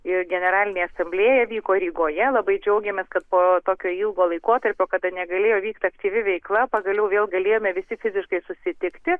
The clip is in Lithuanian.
ir generalinė asamblėja vyko rygoje labai džiaugiamės kad po tokio ilgo laikotarpio kada negalėjo vykt aktyvi veikla pagaliau vėl galėjome visi fiziškai susitikti